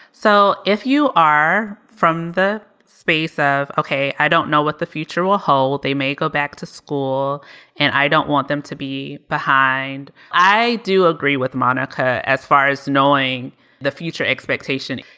so if you are from the space of ok, i don't know what the future will hold. they may go back to school and i don't want them to be behind. i do agree with monica as far as knowing the future expectation.